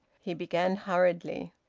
he began hurriedly.